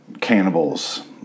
cannibals